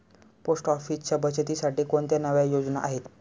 Post ऑफिसच्या बचतीसाठी कोणत्या नव्या योजना आहेत?